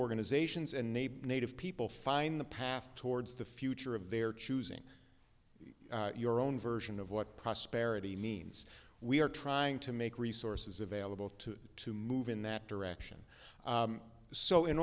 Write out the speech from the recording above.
organizations and native people find the path towards the future of their choosing your own version of what prosperity means we are trying to make resources available to to move in that direction so in